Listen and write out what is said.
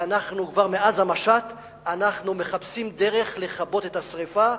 ואנחנו, כבר מאז המשט, מחפשים דרך לכבות את השרפה.